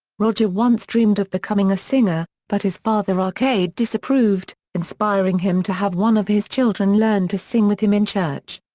roger once dreamed of becoming a singer, but his father arcade disapproved, inspiring him to have one of his children learn to sing with him in church.